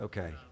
Okay